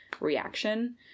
reaction